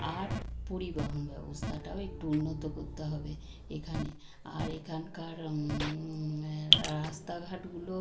আর পরিবহন ব্যবস্থাটাও একটু উন্নত করতে হবে এখানে আর এখানকার রাস্তাঘাটগুলো